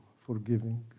forgiving